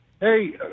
Hey